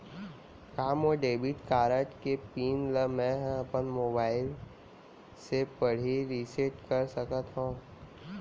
का मोर debit card के पिन ल मैं ह अपन मोबाइल से पड़ही रिसेट कर सकत हो?